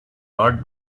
not